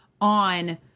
on